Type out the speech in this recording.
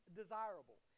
desirable